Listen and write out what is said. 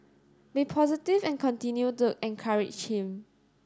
be positive and continue to encourage him